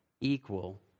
equal